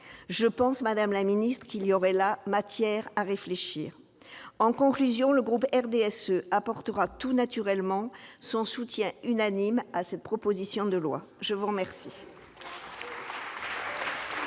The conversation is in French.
Je pense, madame la ministre, qu'il y aurait là matière à réfléchir. En conclusion, le groupe du RDSE apportera tout naturellement son soutien unanime à cette proposition de loi. La parole